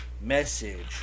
message